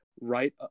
right